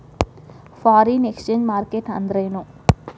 Foreign exchange market ಅಂದ್ರೇನು?